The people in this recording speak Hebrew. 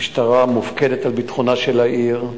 המשטרה מופקדת על ביטחונה של העיר,